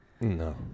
No